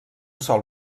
sol